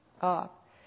up